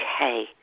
okay